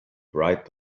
bright